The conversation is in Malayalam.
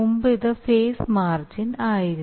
മുമ്പ് ഇത് ഫേസ് മാർജിൻ ആയിരുന്നു